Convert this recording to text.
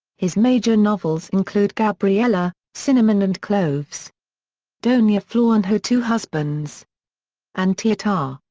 his major novels include gabriela, cinnamon and cloves dona flor and her two husbands and tieta,